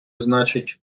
значить